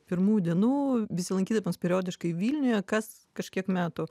pirmų dienų besilankydamas periodiškai vilniuje kas kažkiek metų